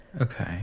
Okay